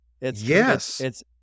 Yes